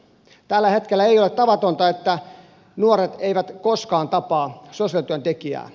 tällä hetkellä ei ole tavatonta että nuoret eivät koskaan tapaa sosiaalityöntekijää